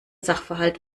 sachverhalt